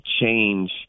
change